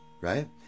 right